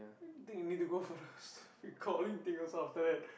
think you need to go for the stupid Coleen thing also after that